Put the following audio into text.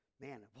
Man